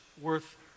worth